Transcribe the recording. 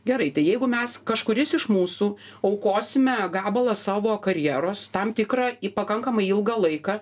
gerai tai jeigu mes kažkuris iš mūsų aukosime gabalą savo karjeros tam tikrą į pakankamai ilgą laiką